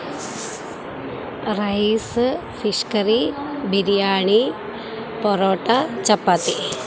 rice fish curry biryani parotta chapati